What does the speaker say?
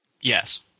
Yes